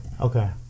Okay